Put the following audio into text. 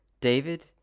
david